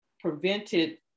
prevented